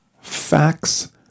facts